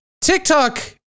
tiktok